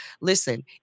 listen